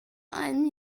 einem